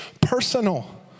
personal